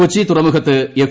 കൊച്ചി തുറമുഖത്ത് എഫ്